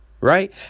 Right